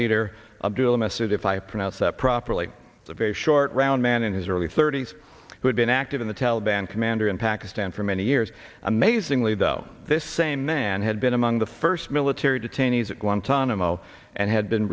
i pronounce that properly the very short round man in his early thirty's who had been active in the taliban commander in pakistan for many years amazingly though this same man had been among the first military detainees at guantanamo and had been